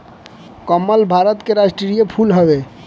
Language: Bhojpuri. कमल भारत के राष्ट्रीय फूल हवे